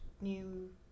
new